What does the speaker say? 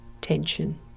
tension